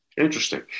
Interesting